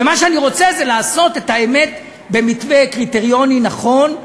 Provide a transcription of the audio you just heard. ומה שאני רוצה זה לעשות את האמת במתווה קריטריוני נכון,